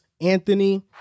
Anthony